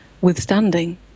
withstanding